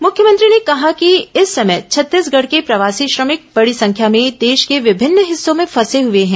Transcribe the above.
मुख्यमंत्री ने कहा कि इस समय छत्तीसगढ़ के प्रवासी श्रमिक बड़ी संख्या में देश के विभिन्न हिस्सों में फंसे हुए हैं